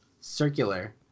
circular